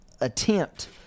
attempt